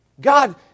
God